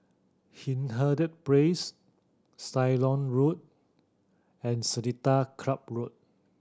Hindhede Place Ceylon Road and Seletar Club Road